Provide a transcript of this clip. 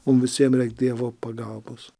mum visiem reik dievo pagalbos